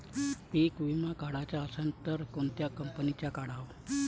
पीक विमा काढाचा असन त कोनत्या कंपनीचा काढाव?